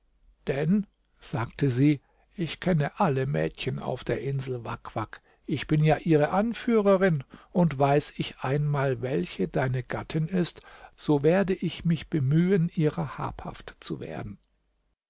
denn sagte sie ich kenne alle mädchen auf der insel wak wak ich bin ja ihre anführerin und weiß ich einmal welche deine gattin ist so werde ich mich bemühen ihrer habhaft zu werden